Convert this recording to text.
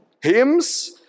hymns